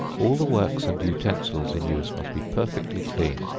all the works and utensils in use must be perfectly clean,